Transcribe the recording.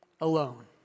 alone